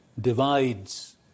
divides